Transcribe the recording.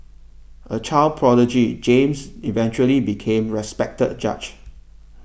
a child prodigy James eventually became respected judge